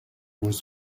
was